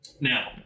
Now